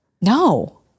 no